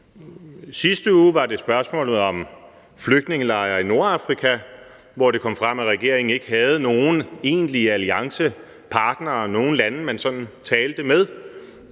sidste uge var det spørgsmålet om flygtningelejre i Nordafrika, hvor det kom frem, at regeringen ikke havde nogen egentlige alliancepartnere, altså nogle lande, man sådan talte med